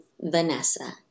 Vanessa